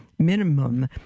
Minimum